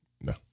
No